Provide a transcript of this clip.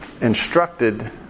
instructed